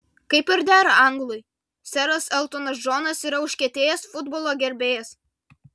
kaip ir dera anglui seras eltonas džonas yra užkietėjęs futbolo gerbėjas